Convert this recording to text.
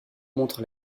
montre